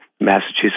Massachusetts